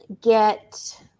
get